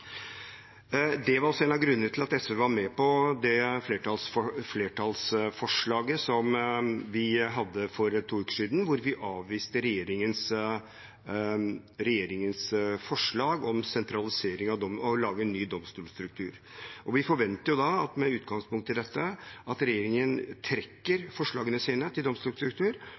var også en av grunnene til at SV var med på flertallsforslaget vi hadde for to uker siden, hvor vi avviste regjeringens forslag om sentralisering og om å lage en ny domstolstruktur. Vi forventer da, med utgangspunkt i dette, at regjeringen trekker forslagene sine til domstolstruktur